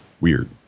weird